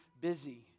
busy